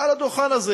מעל הדוכן הזה,